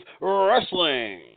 Wrestling